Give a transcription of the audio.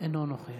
אינו נוכח